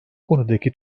konudaki